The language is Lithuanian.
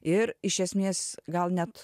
ir iš esmės gal net